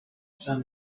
than